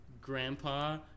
grandpa